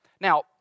Now